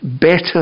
better